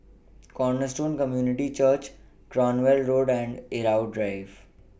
Cornerstone Community Church Cranwell Road and Irau Drive